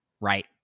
right